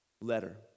letter